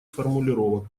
формулировок